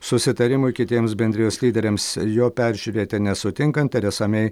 susitarimui kitiems bendrijos lyderiams jo peržiūrėti nesutinkant teresa mei